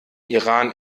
iran